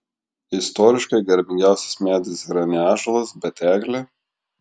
istoriškai garbingiausias medis yra ne ąžuolas bet eglė